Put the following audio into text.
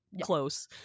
close